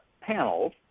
panels